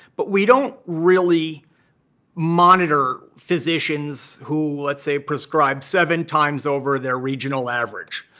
but we don't really monitor physicians who, let's say, prescribe seven times over their regional average,